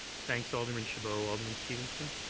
thanks, alderman chabot. alderman stevenson?